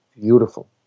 beautiful